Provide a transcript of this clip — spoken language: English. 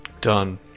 Done